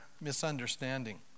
misunderstanding